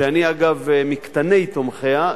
שאני אגב מקטני תומכיה,